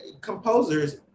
composers